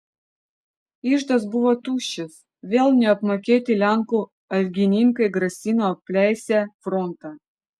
iždas buvo tuščias vėl neapmokėti lenkų algininkai grasino apleisią frontą